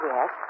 Yes